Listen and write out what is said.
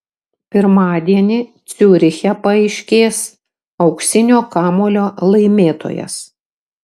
pirmadienį ciuriche paaiškės auksinio kamuolio laimėtojas